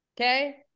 okay